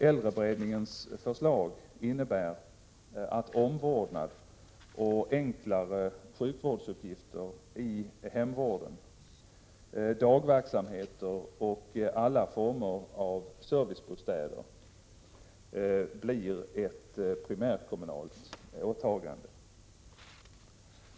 Äldreberedningens förslag innebär att omvårdnad och enklare sjukvårdsuppgifter i hemvården, dagverksamheter och alla former av servicebostäder blir ett primärkommunalt åtagande.